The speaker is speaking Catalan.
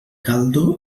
caldo